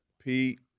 Pete